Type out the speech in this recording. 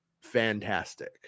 fantastic